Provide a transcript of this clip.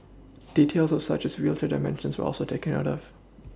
details such as wheelchair dimensions were also taken note of